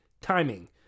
timing